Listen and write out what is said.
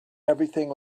everything